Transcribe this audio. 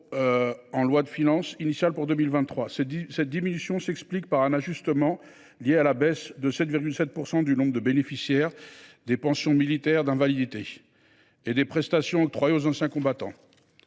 en loi de finances initiale pour 2023. Cette diminution s’explique par un ajustement lié à la baisse de 7,7 % du nombre de bénéficiaires des PMI et des prestations octroyées aux anciens combattants.